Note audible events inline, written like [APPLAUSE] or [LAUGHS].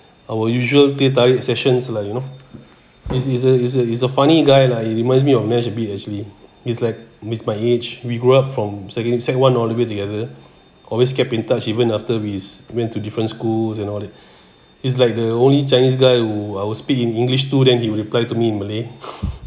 our usual teh tarik sessions lah you know he's he's a he's a funny guy lah he reminds me of nesh a bit actually he's like miss my age we grew up from second second one all the way together always kept in touch even after we went to different schools and all that he's like the only chinese guy who I will speak in english to then he reply to me in malay [LAUGHS]